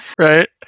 right